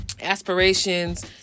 aspirations